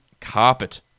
carpet